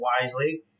wisely